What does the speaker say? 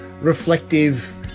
reflective